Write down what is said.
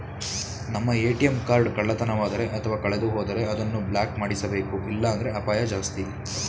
ನಮ್ಮ ATM card ಕಳ್ಳತನವಾದರೆ ಅಥವಾ ಕಳೆದುಹೋದರೆ ಅದನ್ನು ಬ್ಲಾಕ್ ಮಾಡಿಸಬೇಕು ಇಲ್ಲಾಂದ್ರೆ ಅಪಾಯ ಜಾಸ್ತಿ